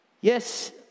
Yes